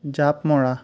জাঁপ মৰা